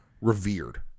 revered